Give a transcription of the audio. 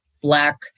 black